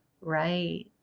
Right